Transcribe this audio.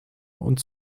und